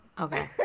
Okay